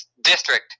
district